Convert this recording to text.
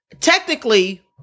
technically